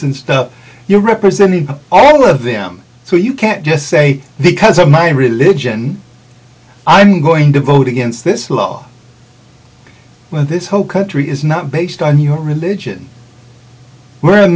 stuff you're representing all of them so you can't just say because of my religion i'm going to vote against this law when this whole country is not based on your religion w